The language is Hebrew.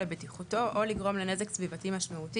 לבטיחותו או לגרום לנזק סביבתי משמעותי,